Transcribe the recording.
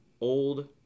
old